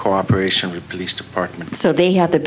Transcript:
cooperation with police departments so they have the